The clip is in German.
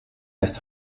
ist